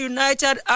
United